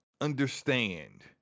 understand